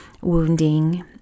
wounding